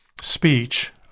speech